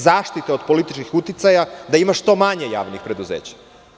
Zaštite od političkih uticaja, da je ima što manje javnih preduzeća.